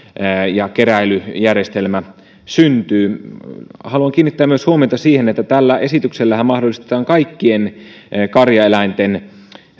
ja keräilyjärjestelmä syntyy haluan kiinnittää huomiota myös siihen että tällä esityksellähän mahdollistetaan kaikkien karjaeläinten